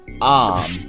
arm